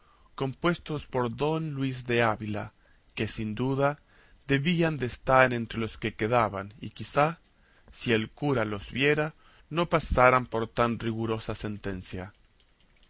compuestos por don luis de ávila que sin duda debían de estar entre los que quedaban y quizá si el cura los viera no pasaran por tan rigurosa sentencia